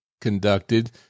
conducted